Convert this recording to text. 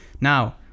Now